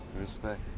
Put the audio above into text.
Respect